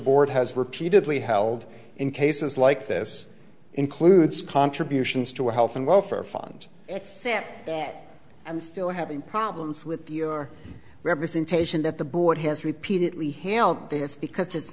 board has repeatedly held in cases like this includes contributions to health and welfare fund except that i'm still having problems with your representation that the board has repeatedly hailed this because it's